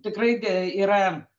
tikrai yra